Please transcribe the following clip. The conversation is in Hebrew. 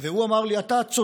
הוא אמר לי: אתה צודק,